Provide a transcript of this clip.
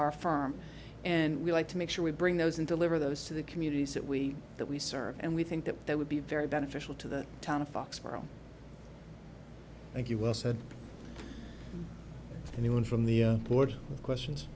our firm and we like to make sure we bring those and deliver those to the communities that we that we serve and we think that that would be very beneficial to the town of foxborough thank you well said anyone from the board of questions